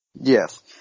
Yes